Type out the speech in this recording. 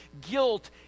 guilt